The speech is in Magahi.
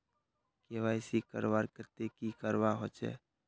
के.वाई.सी करवार केते की करवा होचए?